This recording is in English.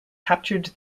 captured